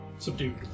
subdued